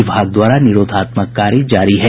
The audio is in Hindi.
विभाग द्वारा निरोधात्मक कार्य जारी है